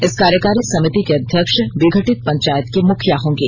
इस कार्यकारी समिति के अध्यक्ष विघटित पंचायत के मुखिया होंगे